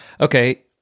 Okay